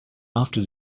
after